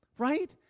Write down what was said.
right